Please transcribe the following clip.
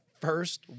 first